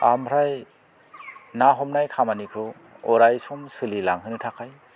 आमफ्राय ना हमनाय खामानिखौ अराय सम सोलिलांहोनो थाखाय